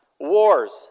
wars